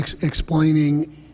explaining